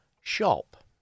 shop